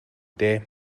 дээ